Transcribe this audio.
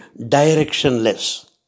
directionless